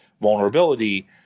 vulnerability